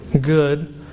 good